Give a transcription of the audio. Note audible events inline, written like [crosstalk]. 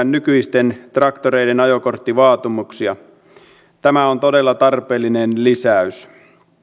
[unintelligible] nykyisten traktoreiden ajokorttivaatimuksia tämä on todella tarpeellinen lisäys